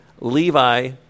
Levi